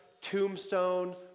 tombstone